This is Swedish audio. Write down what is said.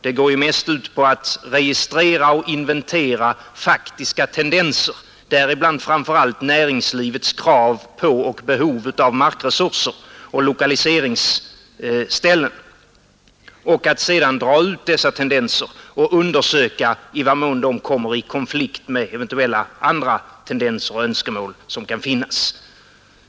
Den går mest ut på att registrera och inventera faktiska tendenser, däribland framför allt näringslivets krav på och behov av markresurser och lokaliseringsställen, och att sedan dra ut dessa tendenser och undersöka i vad mån de kommer i konflikt med eventuella andra tendenser och önskemål.